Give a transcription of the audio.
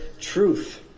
truth